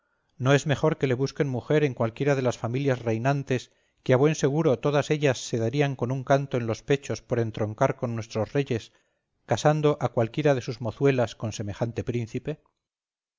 no es mejor que le busquen mujer en cualquiera de las familias reinantes que a buen seguro todas ellas se darían con un canto en los pechos por entroncar con nuestros reyes casando a cualquiera de sus mozuelas con semejante príncipe